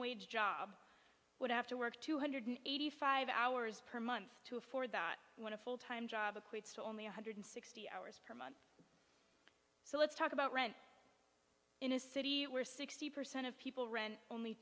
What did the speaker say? wage job would have to work two hundred eighty five hours per month to afford that when a full time job equates to only one hundred sixty hours per month so let's talk about rent in a city where sixty percent of people rent only